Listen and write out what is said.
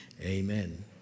Amen